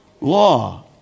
law